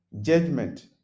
Judgment